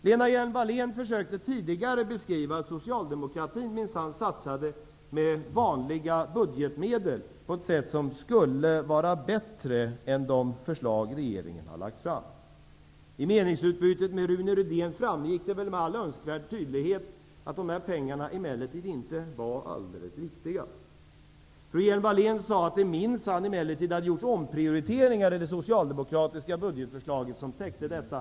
Lena Hjelm-Wallén försökte tidigare beskriva att Socialdemokraterna minsann satsade vanliga budgetmedel på ett sätt som skulle vara bättre än de förslag regeringen har lagt fram. I meningsutbytet med Rune Rydén framgick det väl med all önskvärd tydlighet att dessa pengar emellertid inte var alldeles riktiga. Fru Hjelm-Wallén sade att det minsann hade gjorts omprioriteringar i det socialdemokratiska budgetförslaget som täckte detta.